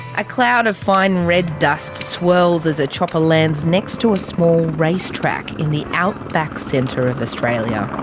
a cloud of fine red dust swirls as a chopper lands next to a small race track in the outback centre of australia.